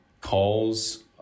calls